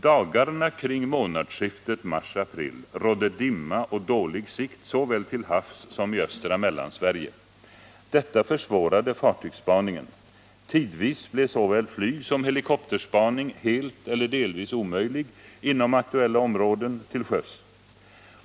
Dagarna kring månadsskiftet mars-april rådde dimma och dålig sikt såväl till havs som i östra Mellansverige. Detta försvårade fartygsspaningen. Tidvis blev såväl flygsom helikopterspaning helt eller delvis omöjlig inom aktuella områden till sjöss.